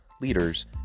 leaders